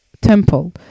temple